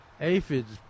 aphids